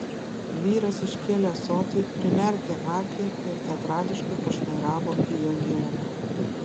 vyras iškėlė ąsotį primerkė akį ir teatrališkai pašnairavo į jo gilumą